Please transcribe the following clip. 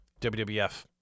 WWF